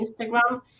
Instagram